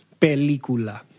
Película